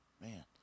man